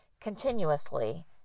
continuously